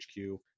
HQ